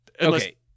Okay